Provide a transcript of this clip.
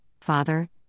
father